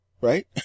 Right